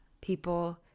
people